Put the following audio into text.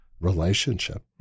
relationship